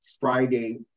Friday